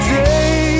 day